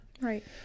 Right